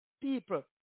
People